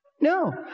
No